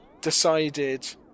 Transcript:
decided